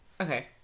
okay